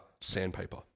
sandpaper